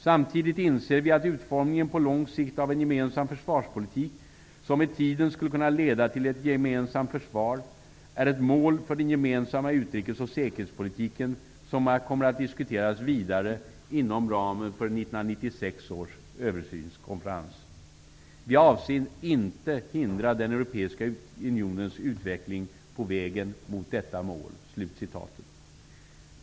Samtidigt inser vi att utformningen på lång sikt av en gemensam försvarspolitik, som med tiden skulle kunna leda till ett gemensamt försvar, är ett mål för den gemensamma utrikes och säkerhetspolitiken, som kommer att diskuteras vidare inom ramen för 1996 års översynskonferens. Vi avser inte hindra den Europeiska Unionens utveckling på vägen mot detta mål.''